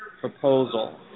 proposal